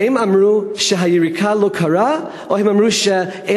האם אמרו שהיריקה לא קרתה או שאמרו שאין